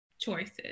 choices